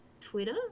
Twitter